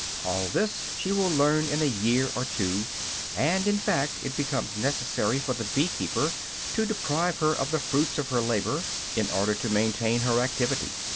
all this she will learn in a year or two and in fact it becomes necessary for the bee-keeper to deprive her of the fruits of her labor, in order to maintain her activity.